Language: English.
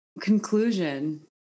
conclusion